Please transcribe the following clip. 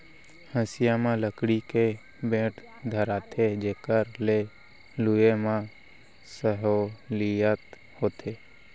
हँसिया म लकड़ी के बेंट धराथें जेकर ले लुए म सहोंलियत होथे